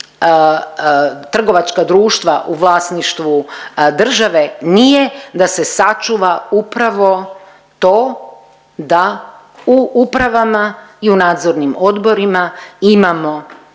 trgovačka društva u vlasništvu države nije da se sačuva upravo to da u upravama i u nadzornim odborima